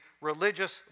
religious